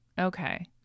Okay